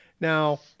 Now